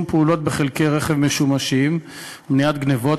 פעולות בחלקי רכב משומשים (מניעת גנבות),